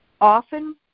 often